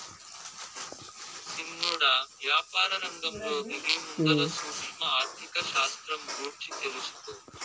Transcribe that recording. సిన్నోడా, యాపారరంగంలో దిగేముందల సూక్ష్మ ఆర్థిక శాస్త్రం గూర్చి తెలుసుకో